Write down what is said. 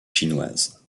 chinoise